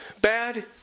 bad